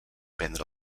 prendre